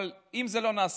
אבל אם זה לא נעשה,